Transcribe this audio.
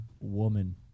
Woman